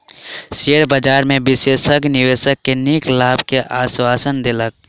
share बजार में विशेषज्ञ निवेशक के नीक लाभ के आश्वासन देलक